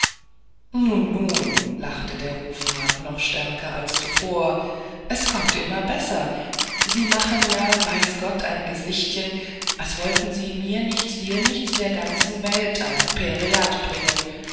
nun nun lachte der hofrat noch stärker als zuvor es kommt immer besser sie machen ja weiß gott ein gesichtchen als wollten sie mir nichts dir nichts der ganzen welt ein pereat bringen